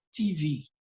TV